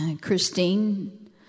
Christine